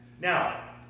Now